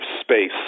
space